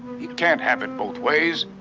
he can't have it both ways.